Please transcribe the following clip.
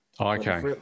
Okay